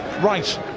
Right